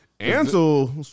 Ansel